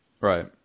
Right